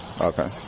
Okay